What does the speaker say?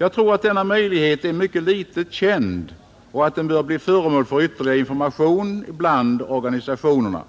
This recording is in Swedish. Jag tror att denna möjlighet är mycket litet känd och att den bör bli föremål för ytterligare information bland organisationerna,